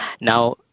Now